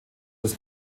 des